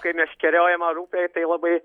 kai meškeriojama ar upėj tai labai